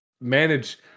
manage